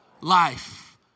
life